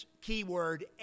keyword